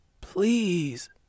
Please